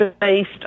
based